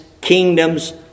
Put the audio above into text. kingdoms